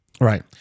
Right